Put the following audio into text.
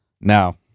Now